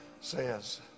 says